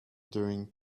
during